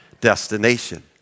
Destination